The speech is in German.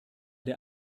der